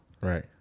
right